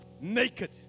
naked